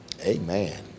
Amen